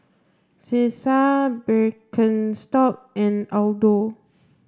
Cesar Birkenstock and Aldo